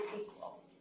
equal